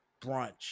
brunch